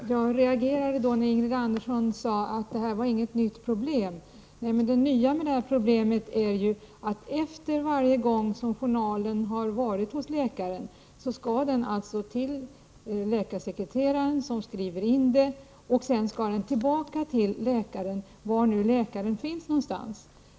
Fru talman! Jag reagerade när Ingrid Andersson sade att det inte var något nytt problem. Nej, men det nya med problemet är att journalen som har varit hos läkaren varje gång skall gå till läkarsekreteraren, som skriver in uppgifterna, och sedan skall den tillbaka till läkaren — var läkaren nu finns.